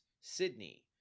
Sydney